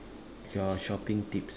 your shopping tips